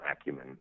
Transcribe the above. acumen